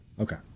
Okay